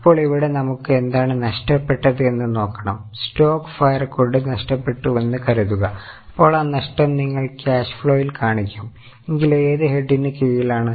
ഇപ്പോൾ ഇവിടെ നമുക്ക് എന്താണ് നഷ്ടപ്പെട്ടത് എന്ന് നോക്കണം സ്റ്റോക്ക് ഫയർ കൊണ്ട് നഷ്ടപ്പെട്ടുവെന്ന് കരുതുക അപ്പോൾ ആ നഷ്ടം നിങ്ങൾ ക്യാഷ് ഫ്ലോയിൽ കാണിക്കുംഎങ്കിൽ ഏത് ഹെഡിന് കീഴിലാണ്